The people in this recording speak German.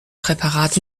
präparat